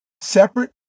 Separate